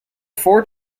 four